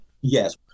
yes